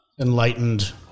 enlightened